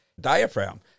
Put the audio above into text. diaphragm